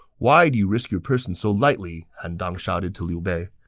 why do you risk your person so lightly? han dang shouted to liu bei.